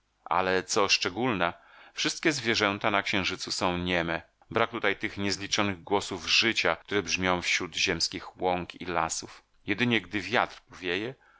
ale co szczególna wszystkie zwierzęta na księżycu są nieme brak tutaj tych niezliczonych głosów życia które brzmią wśród ziemskich łąk i lasów jedynie gdy wiatr powieje